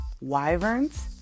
Wyverns